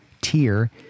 tier